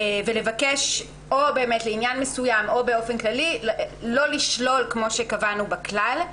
ולבקש לעניין מסוים או באופן כללי לא לשלול כפי שקבענו בכלל.